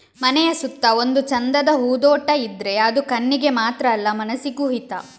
ಮನೆಯ ಸುತ್ತ ಒಂದು ಚಂದದ ಹೂದೋಟ ಇದ್ರೆ ಅದು ಕಣ್ಣಿಗೆ ಮಾತ್ರ ಅಲ್ಲ ಮನಸಿಗೂ ಹಿತ